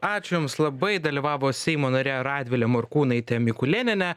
ačiū jums labai dalyvavo seimo narė radvilė morkūnaitė mikulėnienė